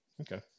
Okay